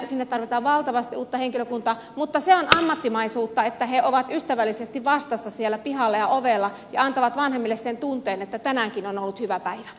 sinne tarvitaan valtavasti uutta henkilökuntaa mutta se on ammattimaisuutta että he ovat ystävällisesti vastassa siellä pihalla ja ovella ja antavat vanhemmille sen tunteen että tänäänkin on ollut hyvä päivä